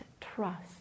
trust